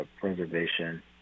preservation